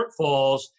shortfalls